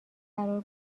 قرار